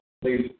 Please